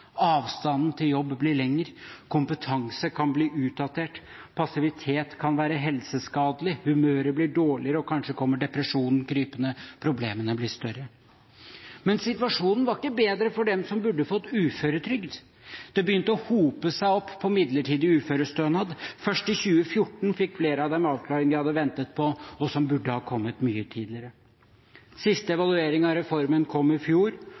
Avstanden til jobb blir lengre, og kompetanse kan bli utdatert. Passivitet kan være helseskadelig. Humøret blir dårligere, og kanskje kommer depresjonen krypende – problemene blir større. Men situasjonen var ikke bedre for dem som burde ha fått uføretrygd. Det begynte å hope seg opp på midlertidig uførestønad. Først i 2014 fikk flere av dem avklaringen de hadde ventet på, og som burde ha kommet mye tidligere. Siste evaluering av reformen kom i fjor.